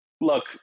Look